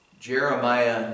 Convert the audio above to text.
jeremiah